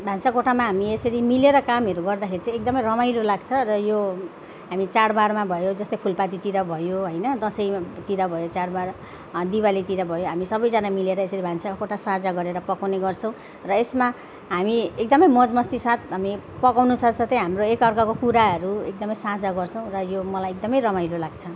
भान्सा कोठामा हामी यसरी मिलेर कामहरू गर्दाखेरि चाहिँ एकदमै रमाइलो लाग्छ र यो हामी चाडबाडमा भयो जस्तै फुलपातीतिर भयो होइन दसैँमातिर भयो चाडबाड दिवालीतिर भयो हामी सबैजना मिलेर यसरी भान्सा कोठा साझा गरेर पकाउने काम गर्छौँ र यसमा हामी एकदमै मौजमस्ती साथ हामी पकाउनु साथसाथै हाम्रो एकाअर्काको कुराहरू एकदमै साझा गर्छौँ र यो मलाई एकदमै रमाइलो लाग्छ